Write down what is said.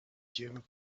junior